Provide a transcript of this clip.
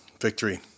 victory